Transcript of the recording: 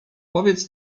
powiedz